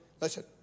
Listen